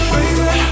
Baby